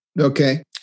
Okay